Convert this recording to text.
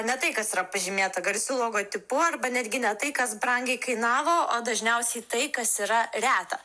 ne tai kas yra pažymėta garsiu logotipu arba netgi ne tai kas brangiai kainavo o dažniausiai tai kas yra reta